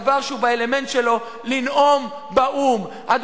הדבר שהוא באלמנט שלו: לנאום באו"ם.